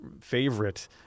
favorite